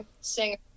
Singer